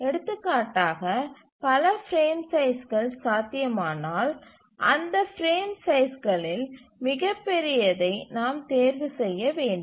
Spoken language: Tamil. எடுத்துக்காட்டாக பல பிரேம் சைஸ்கள் சாத்தியமானால் அந்த பிரேம் சைஸ்களில் மிகப்பெரியதை நாம் தேர்வு செய்ய வேண்டும்